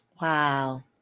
Wow